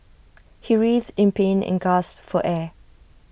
he writhed in pain and gasped for air